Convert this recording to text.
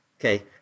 Okay